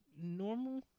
normal